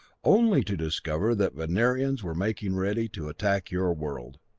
only to discover that venerians were making ready to attack your world.